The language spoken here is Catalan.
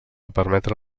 permetre